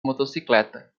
motocicleta